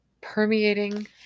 permeating